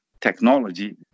technology